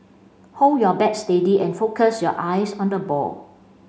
hold your bat steady and focus your eyes on the ball